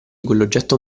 quell’oggetto